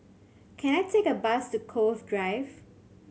can I take a bus to Cove Drive